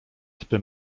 typy